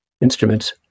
instruments